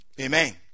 Amen